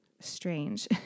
strange